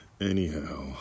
Anyhow